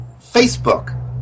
Facebook